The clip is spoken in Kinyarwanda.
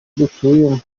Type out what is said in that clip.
dutuyemo